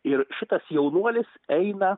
ir šitas jaunuolis eina